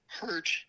hurt